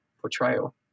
portrayal